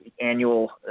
annual